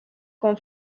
con